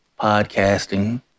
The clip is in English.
podcasting